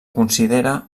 considera